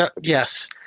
Yes